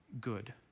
good